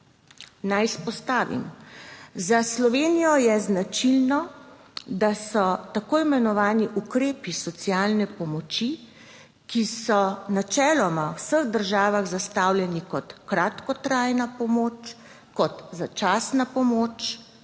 Naj izpostavim. Za Slovenijo je značilno, da so tako imenovani ukrepi socialne pomoči, ki so načeloma v vseh državah zastavljeni kot kratkotrajna pomoč, kot začasna pomoč,